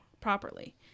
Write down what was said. properly